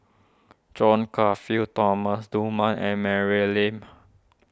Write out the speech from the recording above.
John Crawfurd Thomas Dunman and Mary Lim